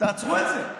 תעצרו את זה,